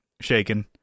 shaking